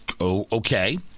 okay